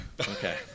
Okay